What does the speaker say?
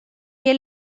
que